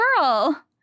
Girl